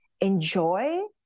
enjoy